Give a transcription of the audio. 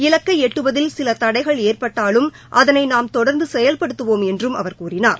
இலக்கை எட்டுவதில் சில தடைகள் ஏற்பட்டாலும் அதனை நாம் தொடர்ந்து செயல்படுத்துவோம் என்றும் அவர் கூறினார்